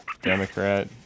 Democrat